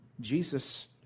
Jesus